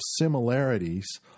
similarities